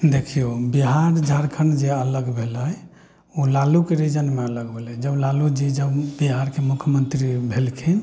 देखियौ बिहार झारखण्ड जे अलग भेलय ओ लालूके रीजनमे अलग भेलय जब लालू जी जब बिहारके मुख्यमन्त्री भेलखिन